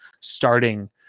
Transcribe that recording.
starting